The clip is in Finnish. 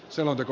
hylätään